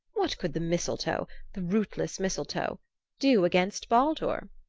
what could the mistletoe the rootless mistletoe do against baldur?